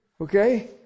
Okay